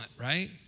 right